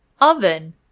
Oven